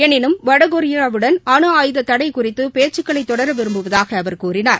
எனினும் வடகொரியாவுடன் அனுஆயுத தடை குறித்து பேச்சுக்களை தொடர விரும்புவதாக அவா கூறினார்